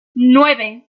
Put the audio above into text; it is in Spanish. nueve